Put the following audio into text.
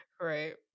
right